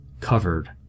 covered